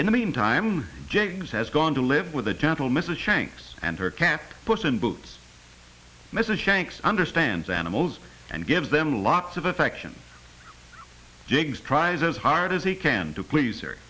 in the meantime jiggs has gone to live with the gentle mrs shanks and her cat put in boots mrs shanks understands animals and gives them lots of affection jiggs tried as hard as he can to please